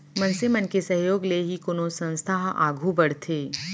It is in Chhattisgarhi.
मनसे मन के सहयोग ले ही कोनो संस्था ह आघू बड़थे